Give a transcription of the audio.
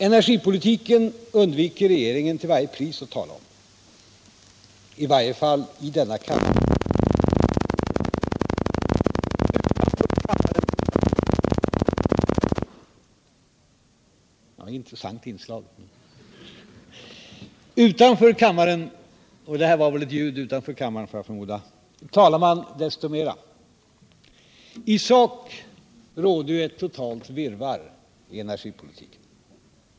Energipolitiken undviker regeringen till varje pris att tala om, i varje fall i denna kammare. Utanför kammaren talar man desto mera. I sak råder ju ett totalt virrvarr i energipolitiken.